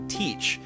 teach